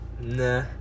Nah